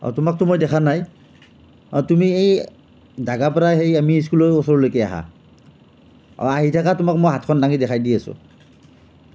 অ তোমাকতো মই দেখা নাই অ তুমি এই দাগাপাৰা এই আৰ্মি স্কুলৰ ওচৰৰলৈকে আহা অ আহি থাকা তোমাক মই হাতখন দাঙি দেখুৱাই দি আছোঁ